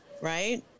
right